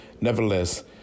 nevertheless